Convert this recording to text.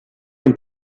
den